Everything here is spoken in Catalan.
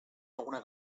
alguna